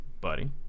buddy